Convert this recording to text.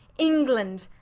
england,